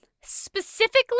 specifically